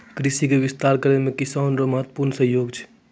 कृषि के विस्तार करै मे किसान रो महत्वपूर्ण सहयोग छै